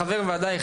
שהוא חבר ועדה,